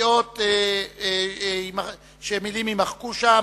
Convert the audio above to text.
מציעות שמלים יימחקו שם.